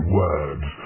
words